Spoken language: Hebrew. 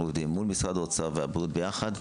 עובדים מול משרד האוצר והבריאות ביחד.